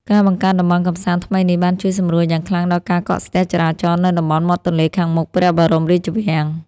ការបង្កើតតំបន់កម្សាន្តថ្មីនេះ បានជួយសម្រួលយ៉ាងខ្លាំងដល់ការកកស្ទះចរាចរណ៍នៅតំបន់មាត់ទន្លេខាងមុខព្រះបរមរាជវាំង។